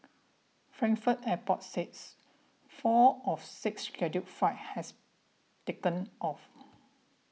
frankfurt airport said four of six scheduled flights has taken off